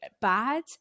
bad